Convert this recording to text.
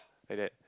like that